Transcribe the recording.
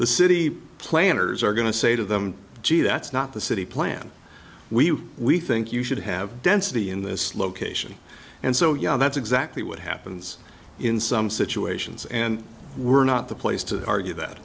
the city planners are going to say to them gee that's not the city plan we we think you should have density in this location and so yeah that's exactly what happens in some situations and we're not the place to argue that